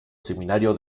seminario